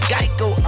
Geico